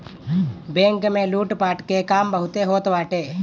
bank में लूटपाट के काम बहुते होत बाटे